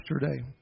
yesterday